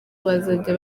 bazajya